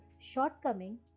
shortcoming